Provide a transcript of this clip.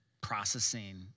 processing